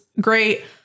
great